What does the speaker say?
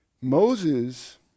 Moses